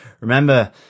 Remember